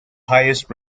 highest